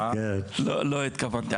לא התכוונתי,